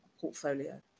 portfolio